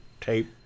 tape